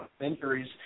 injuries